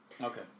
Okay